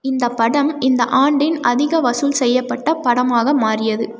இந்த படம் இந்த ஆண்டின் அதிக வசூல் செய்யப்பட்ட படமாக மாறியது